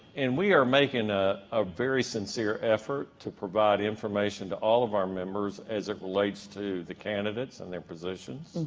and we are making a ah very sincere effort to provide information to all of our members as it relates to the candidates and their positions.